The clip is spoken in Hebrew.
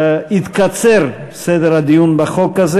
התקצר סדר הדיון בחוק הזה.